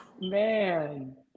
Man